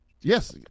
Yes